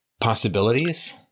possibilities